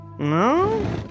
No